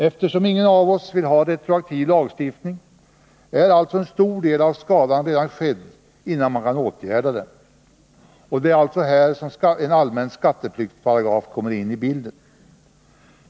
Eftersom ingen av oss vill ha retroaktiv lagstiftning är alltså en stor del av skadan redan skedd innan man kan åtgärda den. Det är alltså här som en allmän skatteflyktsparagraf kommer in i bilden.